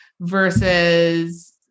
versus